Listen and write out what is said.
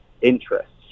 interests